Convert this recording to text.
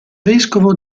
vescovo